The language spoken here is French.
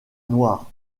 noire